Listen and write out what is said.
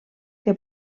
que